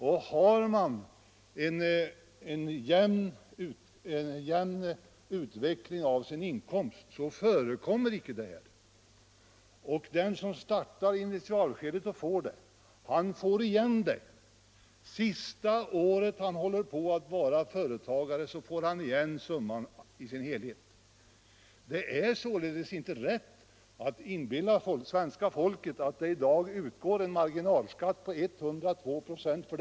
Vid en jämn inkomstutveckling förekommer icke dessa effekter. Den som startar ett företag och i initialskedet drabbas på detta sätt får igen summan i dess helhet det sista året som han är företagare. Det är således inte rätt att inbilla svenska folket att det i dag utgår en marginalskatt på 102 96.